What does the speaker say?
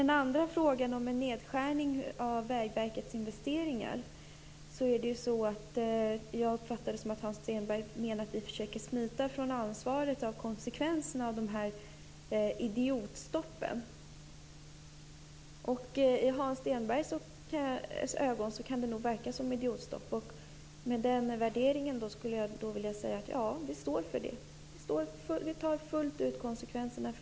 Den andra frågan gällde en nedskärning av Vägverkets investeringar. Jag uppfattade det så att Hans Stenberg menade att vi försöker smita från ansvaret för konsekvenserna av "idiotstoppen". I Hans Stenbergs ögon kan de verka som idiotstopp. Med tanke på den värderingen skulle jag vilja säga: Vi står för det, vi tar fullt ut konsekvenserna.